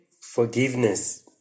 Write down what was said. forgiveness